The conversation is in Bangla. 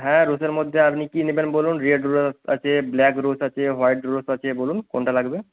হ্যাঁ রোজের মধ্যে আপনি কী নেবেন বলুন রেড রোজ আছে ব্ল্যাক রোজ আছে হোয়াইট রোজ আছে বলুন কোনটা লাগবে